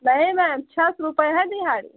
नहीं मैम छः सौ रुपये है दिहाड़ी